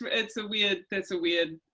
um it's a weird, that's a weird,